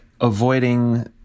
avoiding